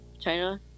China